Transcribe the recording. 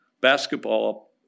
basketball